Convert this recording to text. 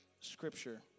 scripture